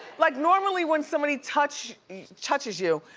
like normally, when somebody touches touches you,